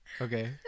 okay